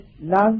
love